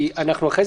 כי אחרי,